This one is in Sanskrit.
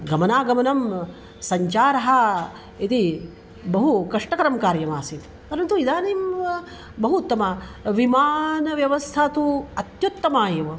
गमनागमनं सञ्चारः इति बहु कष्टकरं कार्यमासीत् परन्तु इदानीं बहु उत्तमा विमानव्यवस्था तु अत्युत्तमा एव